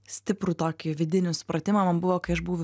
stiprų tokį vidinį supratimą man buvo kai aš buvau